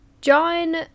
John